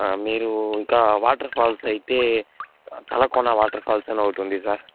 మీరు ఇంకా water falls అయితే తలకోన వాటర్ ఫాల్స్ అని ఒకటుంది సార్